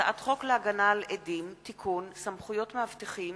הצעת חוק להגנה על עדים (תיקון) (סמכויות מאבטחים),